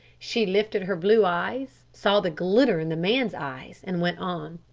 she lifted her blue eyes, saw the glitter in the man's eyes and went on.